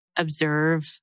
observe